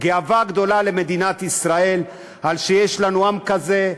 גאווה גדולה למדינת ישראל על שיש לנו עם כזה,